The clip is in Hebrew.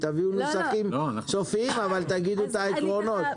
תביאו נוסח סופי אבל תגידי את העקרונות.